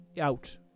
out